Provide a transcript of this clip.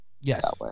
Yes